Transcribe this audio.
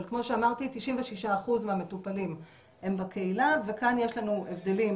אבל כמו שאמרתי 96% מהמטופלים הם בקהילה וכאן יש לנו הבדלים